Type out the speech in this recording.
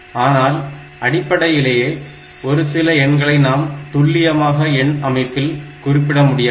ஆனால் அடிப்படையிலேயே ஒரு சில எண்களை நாம் துல்லியமாக ஒரு எண் அமைப்பில் குறிப்பிட முடியாது